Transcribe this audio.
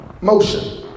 motion